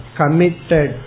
committed